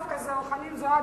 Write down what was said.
דווקא זו חנין זועבי,